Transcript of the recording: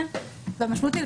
והמשמעות היא,